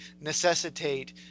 necessitate